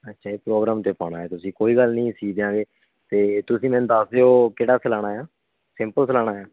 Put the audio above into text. ਅੱਛਾ ਜੀ ਪ੍ਰੋਗਰਾਮ 'ਤੇ ਪਾਉਣਾ ਹੈ ਕੋਈ ਗੱਲ ਨੀ ਸੀਅ ਦਿਆਂਗੇ ਅਤੇ ਤੁਸੀਂ ਮੈਨੂੰ ਦੱਸ ਦਿਓ ਕਿਹੜਾ ਸਿਲਵਾਉਣਾ ਹੈ ਸਿੰਪਲ ਸਿਲਵਾਉਣਾ ਹੈ